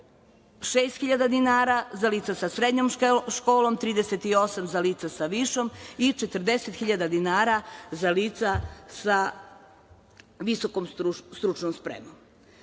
36.000 dinara za lica sa srednjom školom, 38.000 za lica sa višom i 40.000 dinara za lica sa visokom stručnom spremom.